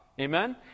amen